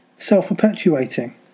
self-perpetuating